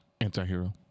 Anti-hero